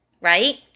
right